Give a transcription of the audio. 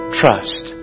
trust